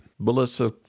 Melissa